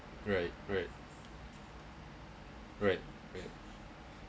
right right right right